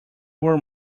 were